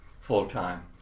full-time